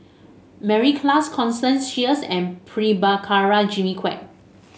Mary Klass Constance Sheares and Prabhakara Jimmy Quek